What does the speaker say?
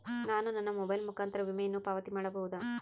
ನಾನು ನನ್ನ ಮೊಬೈಲ್ ಮುಖಾಂತರ ವಿಮೆಯನ್ನು ಪಾವತಿ ಮಾಡಬಹುದಾ?